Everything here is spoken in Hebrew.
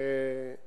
שבהם